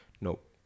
Nope